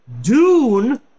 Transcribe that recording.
Dune